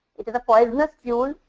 it is a poisonous fuel.